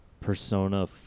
Persona